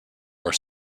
were